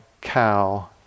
cow